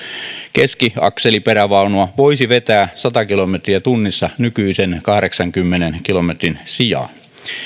keskiakseliperävaunua voisi vetää sata kilometriä tunnissa nykyisen kahdeksankymmenen kilometrin sijaan